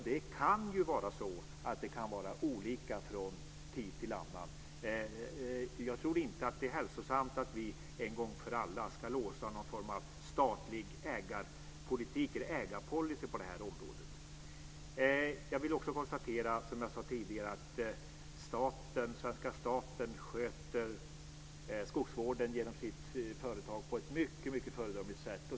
Det kan ju vara olika från tid till annan. Jag tror inte att det är hälsosamt att vi en gång för alla ska låsa någon form av ägarpolitik eller ägarpolicy på detta område. Som jag sade tidigare kan jag också konstatera att den svenska staten sköter skogsvården genom sitt företag på ett mycket föredömligt sätt.